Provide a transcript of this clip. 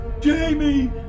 Jamie